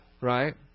right